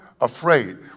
afraid